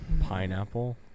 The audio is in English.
pineapple